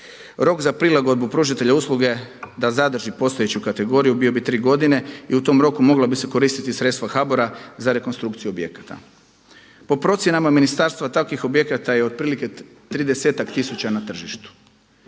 Rok za prilagodbu pružatelja usluge da zadrži postojeću kategoriju bio bi tri godine i u tom roku mogla bi se koristiti sredstva HBOR-a za rekonstrukciju objekata. Po procjenama ministarstva takvih objekata je otprilike 30-ak tisuća na tržištu.